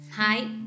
Hi